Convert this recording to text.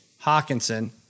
Hawkinson